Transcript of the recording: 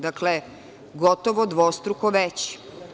Dakle, gotovo dvostruko veći.